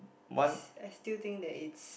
it's I still think that it's